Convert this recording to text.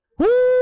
Woo